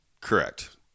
Correct